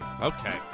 Okay